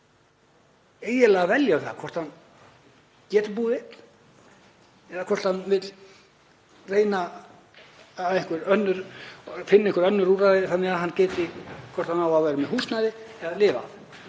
eiginlega að velja um það hvort hann geti búið einn eða hvort hann vilji reyna að finna einhver önnur úrræði þannig að hann geti — hvort hann á að vera með húsnæði eða lifa